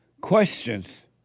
questions